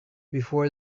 before